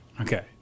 Okay